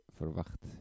verwacht